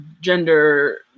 gender